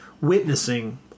witnessing